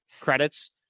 credits